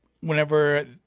Whenever